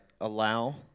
allow